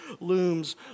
looms